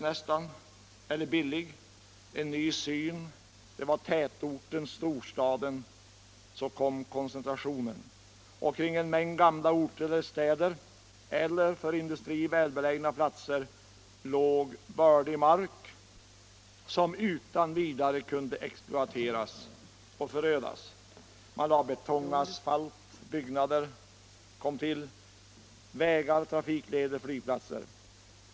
Det blev en ny syn: tätorten, storstaden, koncentrationen. Kring en mängd gamla orter eller för industri välbelägna platser låg bördig mark, som utan vidare kunde exploateras och förödas. Man lade betong och asfalt, byggnader kom till liksom vägar, trafikleder och flygplatser.